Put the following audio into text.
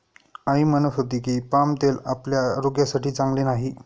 आई म्हणत होती की, पाम तेल आपल्या आरोग्यासाठी चांगले नाही